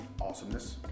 Awesomeness